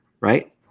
right